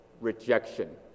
rejection